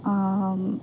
অঁ